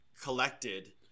collected